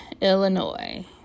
Illinois